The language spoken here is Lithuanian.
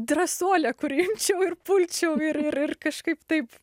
drąsuolė kuri imčiau ir pulčiau ir ir ir kažkaip taip